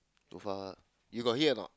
you got hear or not